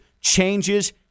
changes